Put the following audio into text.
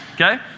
Okay